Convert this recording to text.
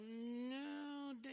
no